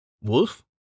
Wolf